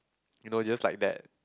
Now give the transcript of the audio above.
you know just like that